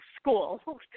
school